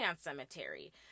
Cemetery